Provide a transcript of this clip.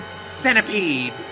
Centipede